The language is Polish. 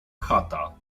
chata